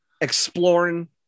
exploring